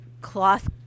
cloth